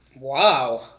Wow